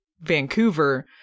vancouver